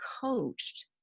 coached